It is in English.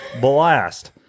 blast